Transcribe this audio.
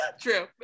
True